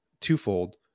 twofold